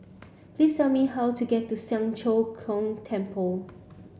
please tell me how to get to Siang Cho Keong Temple